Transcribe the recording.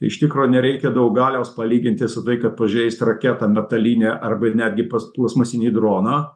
iš tikro nereikia daug galios palyginti su tai kad pažeist raketą metalinę arba ir netgi pas plastmasinį droną